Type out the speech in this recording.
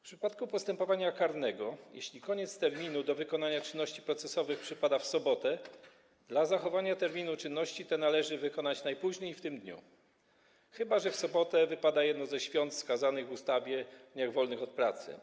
W przypadku postępowania karnego, jeśli koniec terminu do wykonania czynności procesowych przypada w sobotę, dla zachowania terminu czynności te należy wykonać najpóźniej w tym dniu, chyba że w sobotę wypada jedno ze świąt wskazanych w ustawie o dniach wolnych od pracy.